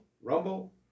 Rumble